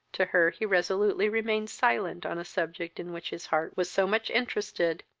to her he resolutely remained silent on a subject in which his heart was so much interested,